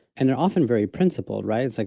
and they're often very principled, right? it's like,